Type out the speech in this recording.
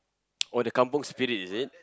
oh the kampung spirit is it